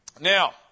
Now